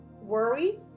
worry